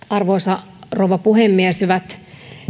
arvoisa rouva puhemies hyvät